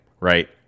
right